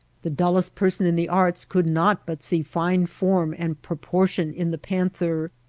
the dullest person in the arts could not but see fine form and pro portion in the panther,